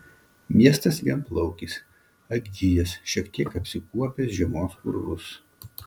miestas vienplaukis atgijęs šiek tiek apsikuopęs žiemos purvus